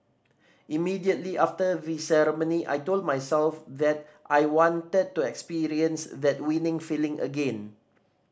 immediately after the ceremony I told myself that I wanted to experience that winning feeling again